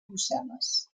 brussel·les